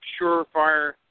surefire